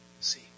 see